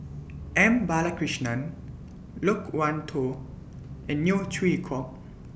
M Balakrishnan Loke Wan Tho and Neo Chwee Kok